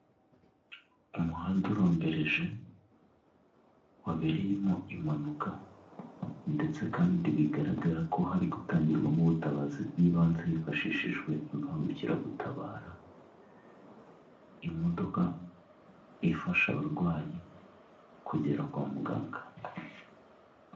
Umuhanda urombereje, wabereyemo impanuka ndetse kandi bigaragara ko hari gutangirwamo ubutabazi bw'ibanze hifashishijwe imbangukiragutabara, imodoka ifasha abarwayi kugera kwa muganga.